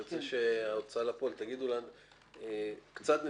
אני רוצה שההוצאה לפועל יגידו לנו קצת נתונים,